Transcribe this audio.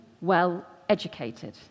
well-educated